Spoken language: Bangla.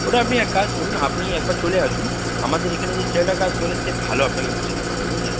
ওটা আপনি এক কাজ করুন আপনি একবার চলে আসুন আমাদের এখানে যে ছেলেটা কাজ করে সে ভালো আপনাকে বোঝাতে পারবেন বুঝলেন